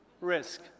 risk